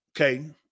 Okay